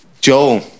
Joel